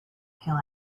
kill